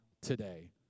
today